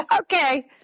Okay